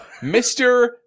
Mr